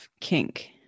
kink